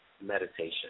meditation